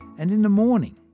and in the morning,